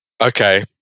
Okay